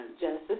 Genesis